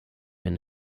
inn